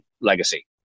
legacy